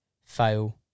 Fail